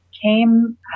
came